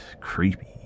creepy